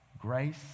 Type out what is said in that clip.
grace